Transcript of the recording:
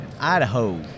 Idaho